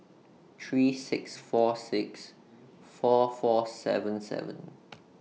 three six four six four four seven seven